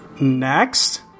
Next